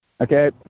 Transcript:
Okay